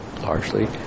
largely